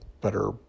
better